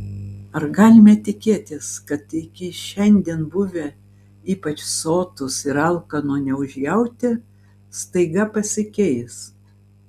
ar galime tikėtis kad iki šiandien buvę ypač sotūs ir alkano neužjautę staiga pasikeis